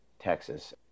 Texas